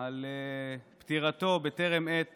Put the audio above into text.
על פטירתו בטרם עת